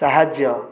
ସାହାଯ୍ୟ